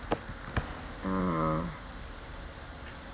ah